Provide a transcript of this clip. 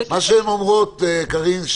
קארין,